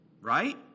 Right